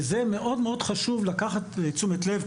זה מאוד חשוב לקחת לתשומת לב.